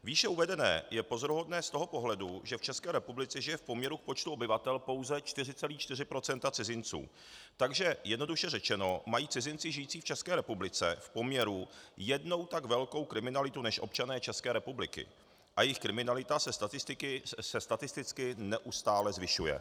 Výše uvedené je pozoruhodné z toho pohledu, že v České republice žije v poměru k počtu obyvatel pouze 4,4 % cizinců, takže zjednodušeně řečeno mají cizinci žijící v České republice jednou tak velkou kriminalitu než občané České republiky a jejich kriminalita se statisticky neustále zvyšuje.